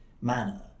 manner